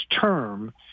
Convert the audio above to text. term